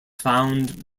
found